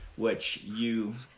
which you.